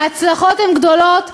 ההצלחות הן גדולות ומשמעותיות.